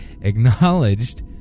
Acknowledged